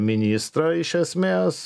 ministrą iš esmės